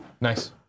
Nice